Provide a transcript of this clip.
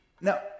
Now